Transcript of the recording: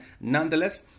nonetheless